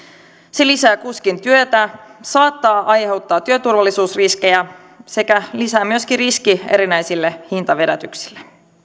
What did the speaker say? se lisää kuskin työtä saattaa aiheuttaa työturvallisuusriskejä sekä lisää myöskin riskiä erinäisille hintavedätyksille